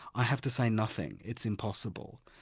i have to say nothing, it's impossible.